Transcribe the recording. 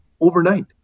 overnight